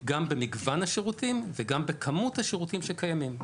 גם במגוון השירותים וגם בכמות השירותים שקיימים.